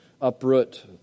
uproot